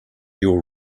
your